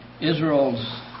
Israel's